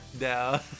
No